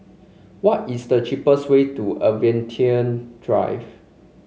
what is the cheapest way to Aviation Drive